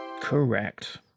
Correct